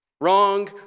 wrong